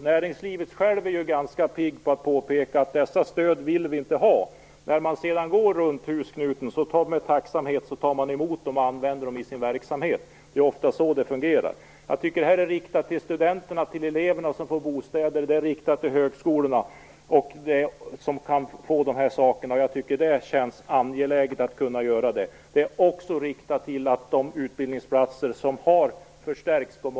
Näringslivet självt är ju ganska piggt på att påpeka att de inte vill ha dessa stöd, men när man sedan går runt husknuten tar de emot dem med tacksamhet och använder dem i sin verksamhet. Det är ofta så det fungerar. Detta är riktat till studenterna som får bostäder. Det är riktad till högskolorna. Jag tycker att det känns angeläget att kunna stödja detta. På många platser ute i landet har antalet utbildningsplatser förstärkts.